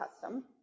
custom